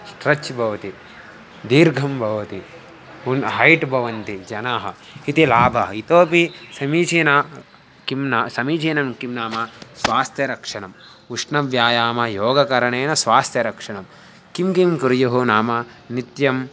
stretch भवति दीर्घं भवति पुनः हैट् भवन्ति जनाः इति लाभाः इतोपि समीचीनं किं समीचीनं किं नाम स्वास्थ्यरक्षणम् उष्णव्यायामयोगकरणेन स्वास्थ्यरक्षणं किं किं कुर्युः नाम नित्यं